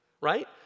right